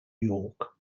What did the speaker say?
york